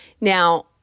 Now